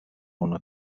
una